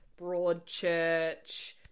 Broadchurch